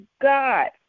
God